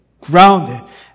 grounded